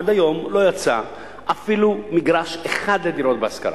עד היום לא יצא אפילו מגרש אחד לדירות בהשכרה.